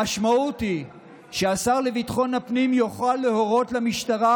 המשמעות היא שהשר לביטחון הפנים יוכל להורות למשטרה,